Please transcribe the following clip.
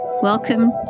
Welcome